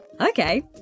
Okay